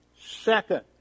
Second